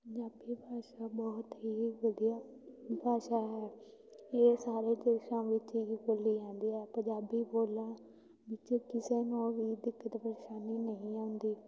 ਪੰਜਾਬੀ ਭਾਸ਼ਾ ਬਹੁਤ ਹੀ ਵਧੀਆ ਭਾਸ਼ਾ ਹੈ ਇਹ ਸਾਰੇ ਦੇਸ਼ਾਂ ਵਿੱਚ ਹੀ ਬੋਲੀ ਜਾਂਦੀ ਹੈ ਪੰਜਾਬੀ ਬੋਲਣ ਵਿੱਚ ਕਿਸੇ ਨੂੰ ਵੀ ਦਿੱਕਤ ਪਰੇਸ਼ਾਨੀ ਨਹੀਂ ਆਉਂਦੀ